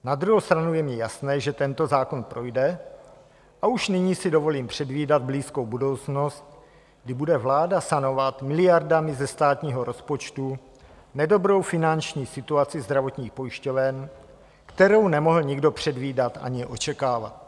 Na druhou stranu je mně jasné, že tento zákon projde, a už nyní si dovolím předvídat blízkou budoucnost, kdy bude vláda sanovat miliardami ze státního rozpočtu nedobrou finanční situaci zdravotních pojišťoven, kterou nemohl nikdo předvídat ani očekávat.